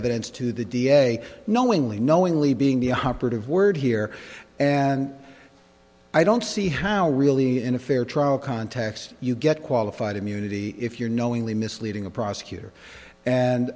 evidence to the da knowingly knowingly being the operative word here and i don't see how really in a fair trial context you get qualified immunity if you're knowingly misleading a prosecutor and